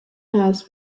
has